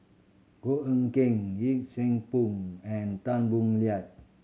Goh Eck Kheng Yee Siew Pun and Tan Boo Liat